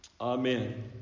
Amen